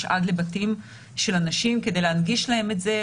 עד לבתים של אנשים כדי להנגיש להם את זה,